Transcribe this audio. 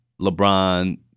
LeBron